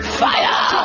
fire